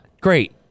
Great